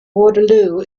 waterloo